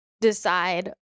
decide